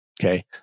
Okay